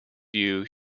view